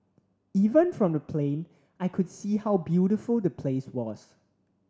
even from the plane I could see how beautiful the place was